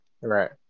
Right